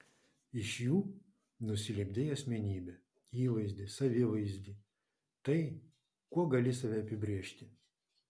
iš jų nusilipdei asmenybę įvaizdį savivaizdį tai kuo gali save apibrėžti